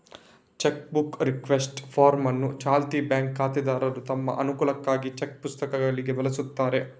check book request form ಅನ್ನು ಚಾಲ್ತಿ bank ಖಾತೆದಾರರು ತಮ್ಮ ಅನುಕೂಲಕ್ಕಾಗಿ ಚೆಕ್ ಪುಸ್ತಕಗಳಿಗಾಗಿ ಬಳಸ್ತಾರೆ